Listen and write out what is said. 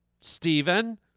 Stephen